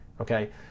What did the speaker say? Okay